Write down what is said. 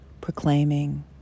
proclaiming